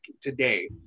today